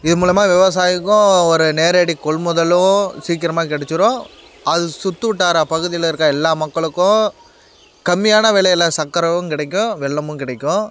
இது மூலிமா விவசாயிக்கும் ஒரு நேரடி கொள்முதலும் சீக்கிரமாக கிடைச்சிரும் அது சுத்துவட்டார பகுதியில் இருக்கற எல்லா மக்களுக்கும் கம்மியான விலையில் சர்க்கரையும் கிடைக்கும் வெல்லமும் கிடைக்கும்